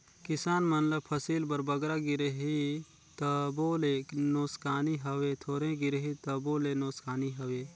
किसान मन ल फसिल बर बगरा गिरही तबो ले नोसकानी हवे, थोरहें गिरही तबो ले नोसकानी हवे